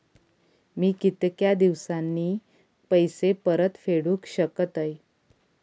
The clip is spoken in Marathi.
मी कीतक्या दिवसांनी पैसे परत फेडुक शकतय?